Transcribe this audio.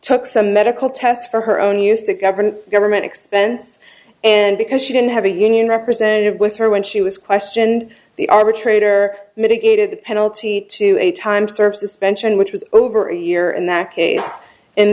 took some medical tests for her own use to govern government expense and because she didn't have a union representative with her when she was questioned the arbitrator mitigated the penalty to a time services vention which was over a year in that case and